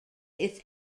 its